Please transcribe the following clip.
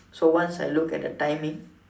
so once I look at the timing